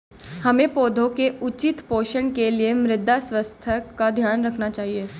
हमें पौधों के उचित पोषण के लिए मृदा स्वास्थ्य का ध्यान रखना चाहिए